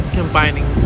combining